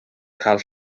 cael